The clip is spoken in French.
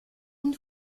une